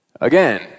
Again